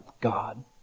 God